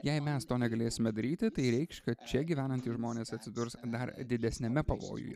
jei mes to negalėsime daryti tai reikš kad čia gyvenantys žmonės atsidurs dar didesniame pavojuje